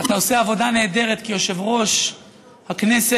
אתה עושה עבודה נהדרת כיושב-ראש הכנסת.